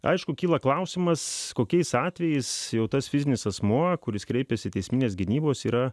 aišku kyla klausimas kokiais atvejais jau tas fizinis asmuo kuris kreipėsi teisminės gynybos yra